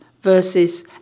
versus